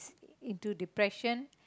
into depression